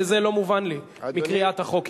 זה לא מובן לי מקריאת החוק,